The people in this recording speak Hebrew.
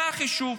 זה החישוב.